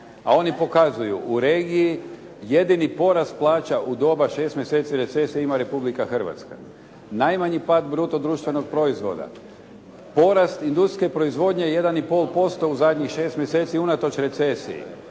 A oni pokazuju u regiji jedini porast plaća u doba 6 mjeseci recesije ima Republika Hrvatska. Najmanji pad bruto društvenog proizvoda, porast industrijske proizvodnje 1,5% u zadnjih šest mjeseci unatoč recesiji.